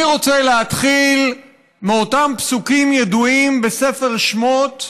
אני רוצה להתחיל מאותם פסוקים ידועים בספר שמות,